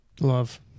love